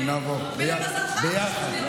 נעבור ביחד, ביחד.